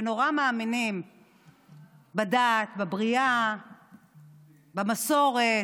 שנורא מאמינים בדת, בבריאה, במסורת,